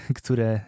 które